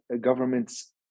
governments